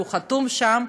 שהוא חתום שם,